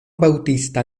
bautista